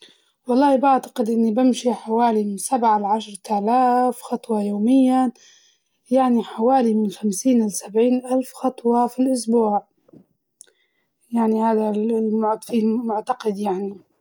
والله بعتقد إني بمشي حوالي من سبعة لعشرة آلاف خطوة يومياً، يعني حوالي من خمسين لسبعين ألف خطوة في الأسبوع، يعني هذا ال- المع في المعتقد يعني.